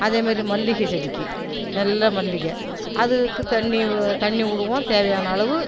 அதேமாரி மல்லிகைச் செடிக்கு நல்ல மல்லிகை அதுக்குத் தண்ணி வ தண்ணி விடுவோம் தேவையான அளவு